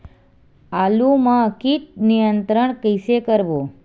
आलू मा कीट नियंत्रण कइसे करबो?